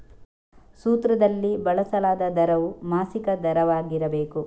ಸೂತ್ರದಲ್ಲಿ ಬಳಸಲಾದ ದರವು ಮಾಸಿಕ ದರವಾಗಿರಬೇಕು